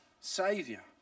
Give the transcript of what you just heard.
saviour